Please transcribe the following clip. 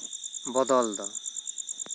ᱵᱚᱫᱚᱞ ᱫᱚ